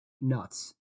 nuts